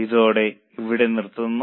ഇതോടെ ഇവിടെ നിർത്തുന്നു